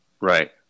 Right